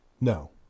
No